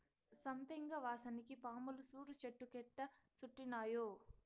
సంపెంగ వాసనకి పాములు సూడు చెట్టు కెట్టా సుట్టినాయో